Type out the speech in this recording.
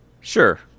Sure